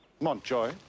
Montjoy